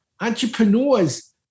Entrepreneurs